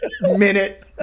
minute